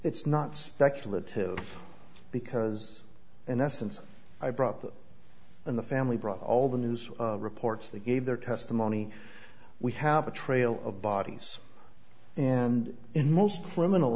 it's not speculative because in essence i brought them in the family brought all the news reports they gave their testimony we have a trail of bodies and in most criminal